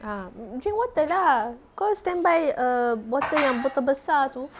a drink water lah kau standby a bottle yang besar tu